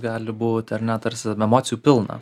gali būt ar ne tarsi emocijų pilna